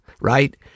right